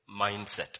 mindset